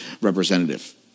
representative